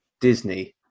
Disney